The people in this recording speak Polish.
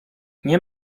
nie